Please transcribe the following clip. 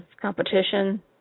competition